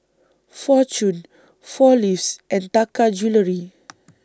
Fortune four Leaves and Taka Jewelry